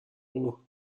اوه